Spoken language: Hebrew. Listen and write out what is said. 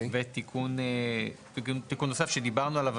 ותיקון נוסף שדיברנו עליו,